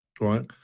Right